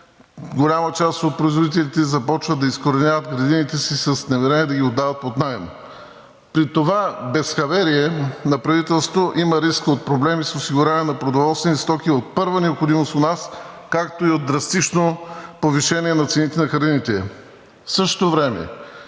голяма част от производителите започват да изкореняват градините си и имат намерение да ги отдават под наем. При това безхаберие на правителството има риск от проблеми с осигуряването на продоволствени стоки от първа необходимост у нас, както и от драстично повишение на цените на храните.